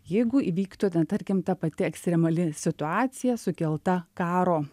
jeigu įvyktų ten tarkim ta pati ekstremali situacija sukelta karo